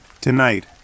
Tonight